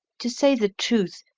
to say the truth,